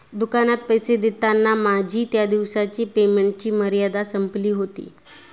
दुकानात पैसे देताना माझी त्या दिवसाची पेमेंटची मर्यादा संपली होती